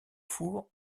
four